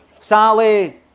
Sally